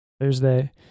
Thursday